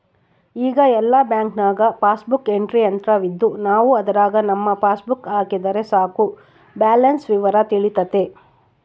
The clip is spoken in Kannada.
ಈಗ ಎಲ್ಲ ಬ್ಯಾಂಕ್ನಾಗ ಪಾಸ್ಬುಕ್ ಎಂಟ್ರಿ ಯಂತ್ರವಿದ್ದು ನಾವು ಅದರಾಗ ನಮ್ಮ ಪಾಸ್ಬುಕ್ ಹಾಕಿದರೆ ಸಾಕು ಬ್ಯಾಲೆನ್ಸ್ ವಿವರ ತಿಳಿತತೆ